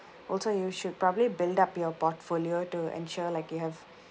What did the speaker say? also you should probably build up your portfolio to ensure like you have